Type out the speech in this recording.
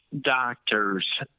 doctors